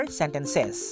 sentences